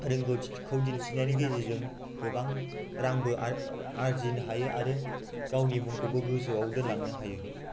रोंगौथिखौ दिन्थिनायनि गेजेरजों गोबां रांबो आर्जिनो हायो आरो गावनि मुंखौबो गोजौआव दोनलांनो हायो